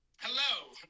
Hello